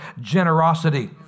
generosity